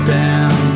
down